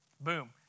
Boom